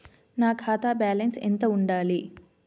నా ఖాతా బ్యాలెన్స్ ఎంత ఉండాలి?